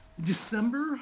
December